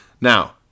Now